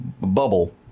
bubble